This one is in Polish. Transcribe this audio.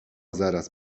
zaraz